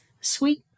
sweet